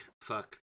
fuck